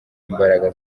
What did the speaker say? imbaraga